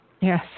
Yes